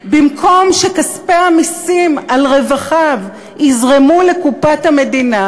במקום שכספי המסים על רווחיו יזרמו לקופת המדינה,